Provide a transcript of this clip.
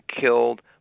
killed